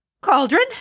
Cauldron